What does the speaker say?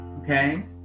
okay